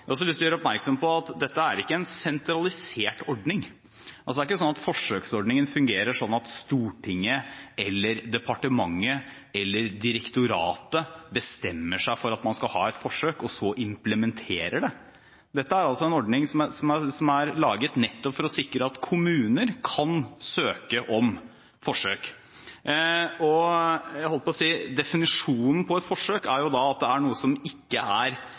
har også lyst til å gjøre oppmerksom på at dette er ikke en sentralisert ordning. Forsøksordningen fungerer ikke slik at Stortinget, eller departementet, eller direktoratet, bestemmer seg for at man skal ha et forsøk og så implementerer det. Dette er en ordning som er laget nettopp for å sikre at kommuner kan søke om forsøk. Og definisjonen på et forsøk er jo at det er noe som ikke er